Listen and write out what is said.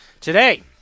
today